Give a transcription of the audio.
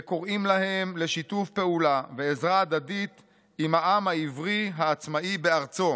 וקוראים להם לשיתוף פעולה ועזרה הדדית עם העם העברי העצמאי בארצו.